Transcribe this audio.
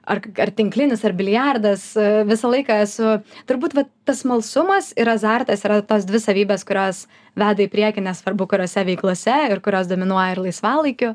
ar ar tinklinis ar biliardas visą laiką esu turbūt vat tas smalsumas ir azartas yra tos dvi savybės kurios veda į priekį nesvarbu kuriose veiklose ir kurios dominuoja ir laisvalaikiu